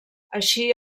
així